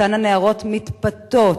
אותן הנערות מתפתות,